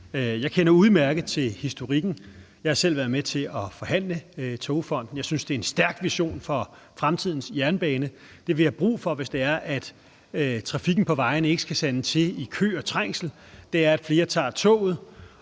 Jeg kender udmærket til historikken. Jeg har selv været med til at forhandle Togfonden DK. Jeg synes, det er en stærk vision for fremtidens jernbane. Det, vi har brug for, hvis trafikken på vejene ikke skal sande til i kø og trængsel, er, at flere tager toget,